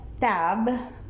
tab